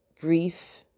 grief